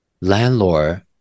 landlord